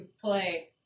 play